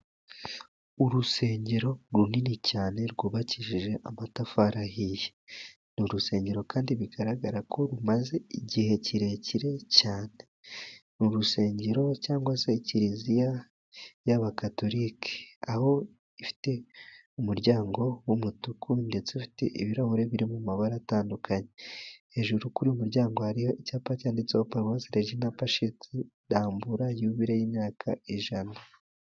Urusengero runini cyane rwubakishije amatafari ahiye, ni urusengero kandi bigaragara ko rumaze igihe kirekire cyane n'urusengero, cyangwa se kiliziya y'abakatolike, aho ifite umuryango w'umutuku ndetse ufite ibirahuri biri mu mabara atandukanye, hejuru kuri uyu muryango hariho icyapa cyanditseho paruwasi rejina pacisi rambura, yubile y'imyaka ijana.